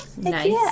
Nice